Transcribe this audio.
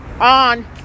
on